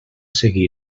seguir